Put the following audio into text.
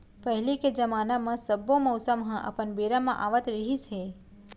पहिली के जमाना म सब्बो मउसम ह अपन बेरा म आवत रिहिस हे